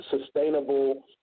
sustainable